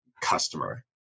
customer